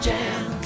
Jam